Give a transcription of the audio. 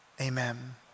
amen